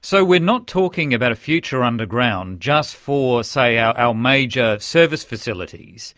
so we're not talking about a future underground, just for, say, our our major service facilities